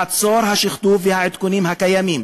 לעצור את השכתוב ואת העדכונים הקיימים,